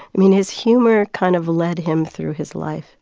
i mean, his humor kind of led him through his life.